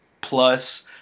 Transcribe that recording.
plus –